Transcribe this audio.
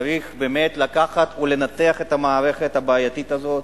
צריך באמת לקחת ולנתח את המערכת הבעייתית הזו,